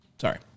Sorry